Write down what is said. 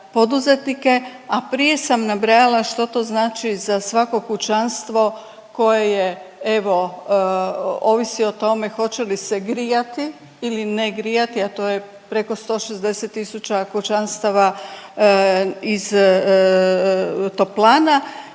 a prije sam nabrajala što to znači za svako kućanstvo koje je evo ovisi o tome hoće li se grijati ili ne grijati, a to je preko 160 tisuća kućanstava iz toplana